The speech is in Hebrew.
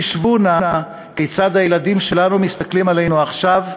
חִשבו נא כיצד הילדים שלנו מסתכלים עלינו עכשיו,